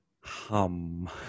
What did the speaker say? hum